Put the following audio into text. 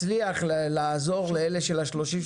לעזור לאלה של 30%,